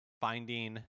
finding